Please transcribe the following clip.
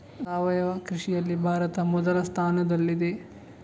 ಸಾವಯವ ಕೃಷಿಯಲ್ಲಿ ಭಾರತ ಮೊದಲ ಸ್ಥಾನದಲ್ಲಿದೆ